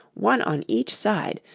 one on each side,